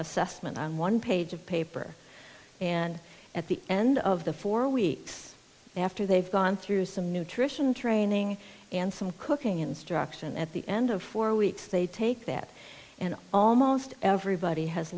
assessment on one page of paper and at the end of the four weeks after they've gone through some nutrition training and some cooking instruction at the end of four weeks they take that and almost everybody has